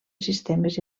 sistemes